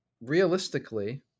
realistically